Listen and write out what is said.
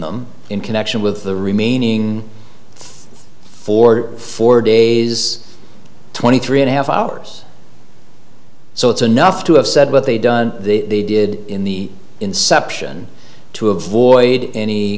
them in connection with the remaining for four days twenty three and a half hours so it's enough to have said what they done did in the inception to avoid any